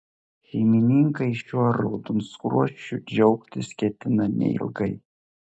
šeimininkai šiuo raudonskruosčiu džiaugtis ketina neilgai